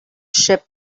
ship